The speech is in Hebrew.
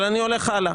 אני הולך הלאה.